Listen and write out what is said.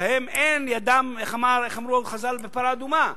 שהם, אין ידם, איך אמרו חז"ל בפרה אדומה?